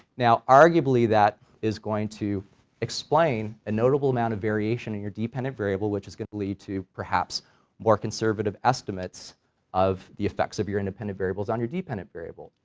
now arguably that is going to explain a notable amount of variation in your dependent variable which is going to lead to perhaps more conservative estimates of the effects of your independent variables on your dependent variable.